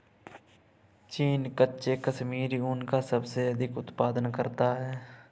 चीन कच्चे कश्मीरी ऊन का सबसे अधिक उत्पादन करता है